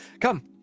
Come